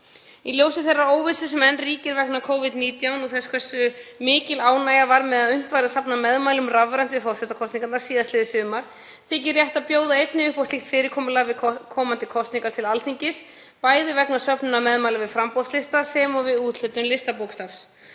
Í ljósi þeirrar óvissu sem enn ríkir vegna Covid-19 farsóttarinnar og þess hversu mikil ánægja var með að unnt væri að safna meðmælum rafrænt við forsetakosningarnar síðastliðið sumar þykir rétt að bjóða einnig upp á slíkt fyrirkomulag við komandi kosningar til Alþingis, bæði vegna söfnunar meðmæla með framboðslista sem og við úthlutun listabókstafs.